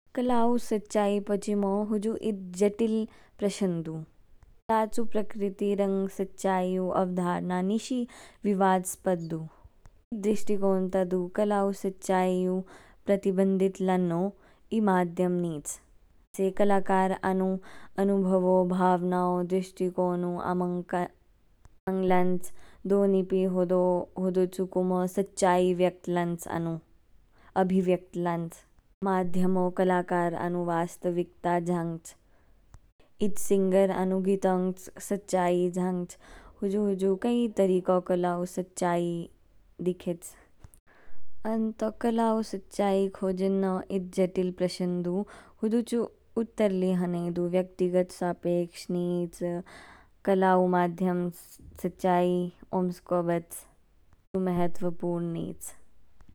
कला ऊ सच्चाई पोचइमो हुजु ईद जटिल प्रश्न दू। कला चू प्रकृति रंग सच्चाई ऊ अवधारणा निशि विवादसपद दू। दृष्टिकोण ता दू, कला ऊ सच्चाई ऊ प्रतिबंधित लान्नो ई माध्यम नीच। चेई कलाकार आनु अनिभावो, भावनाओ, दृच्टिकोण ऊ कमांग लांच। दोनीपि होदो होदोचू कुमो सच्चाई व्यक्त लांच आनु, अभिव्यक्त लांच। माध्यम ओ कलाकार आनु वस्तविकता झांगच। ईद सिंगर आनु गीतांगच सच्चाई झांगच, हुजु हुजु कई तरीको कला ऊ सच्चाई दिखेच। अंत ओ कला ऊ सच्चाई खोजेन्नो ईद जटिल प्रशन दू। हुजु चू उतर ली हने ही दू, व्यक्तिगत सापेक्ष नीच। कला ऊ माध्यमस सच्चाई ओमस्को बच, हुजु महत्वपूर्ण नीच।